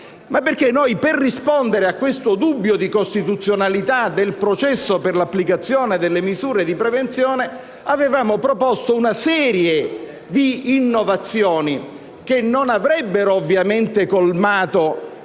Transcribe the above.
per rispondere a questo dubbio di costituzionalità del processo per l'applicazione delle misure di prevenzione, avevamo proposto una serie di innovazioni, che non avrebbero ovviamente colmato